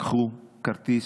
קחו כרטיס,